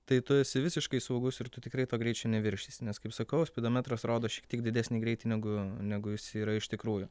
tai tu esi visiškai saugus ir tu tikrai to greičio neviršysi nes kaip sakau spidometras rodo šiek tiek didesnį greitį negu negu jis yra iš tikrųjų